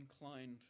inclined